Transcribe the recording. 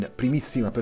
primissima